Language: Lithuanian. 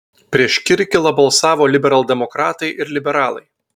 prieš kirkilą balsavo liberaldemokratai ir liberalai